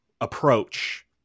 approach